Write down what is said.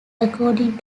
according